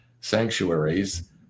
sanctuaries